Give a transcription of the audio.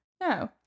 No